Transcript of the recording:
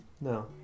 No